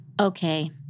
Okay